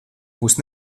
būs